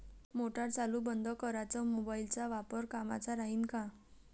Motor चालू बंद कराच मोबाईलचा वापर कामाचा राहीन का?